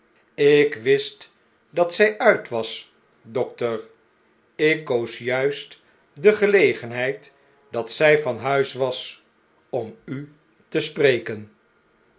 lk wist dat zjj uit was dokter ik koos juist de gelegenheid dat zij van huis was om u te spreken